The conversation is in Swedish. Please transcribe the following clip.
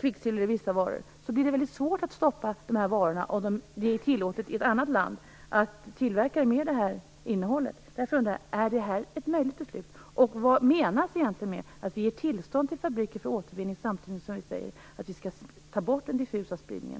kvicksilver i vissa varor blir det mycket svårt att stoppa dessa varor om det är tillåtet i ett annat land att tillverka varor med detta innehåll. Är detta ett möjligt beslut? Vad menas egentligen med att vi ger tillstånd till fabriker för återvinning samtidigt som vi säger att vi skall ta bort den diffusa spridningen?